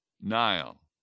Nile